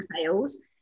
sales